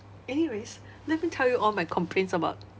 anyways let me tell you all my complaints about